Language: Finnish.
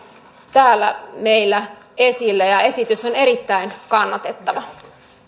täällä meillä esillä esitys on erittäin kannatettava